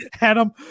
Adam